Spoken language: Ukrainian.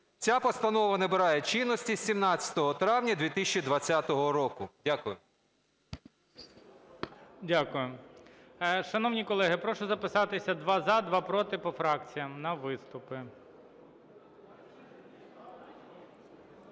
"Ця постанова набирає чинності з 17 травня 2020 року." Дякую. ГОЛОВУЮЧИЙ. Дякую. Шановні колеги, прошу записатися: два – за, два – проти по фракціях на виступи.